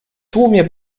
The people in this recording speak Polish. tłumie